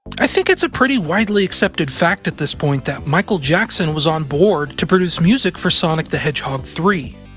i think it's a pretty widely accepted fact at this point that michael jackson was on board to produce music for sonic the hedgehog three.